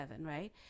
right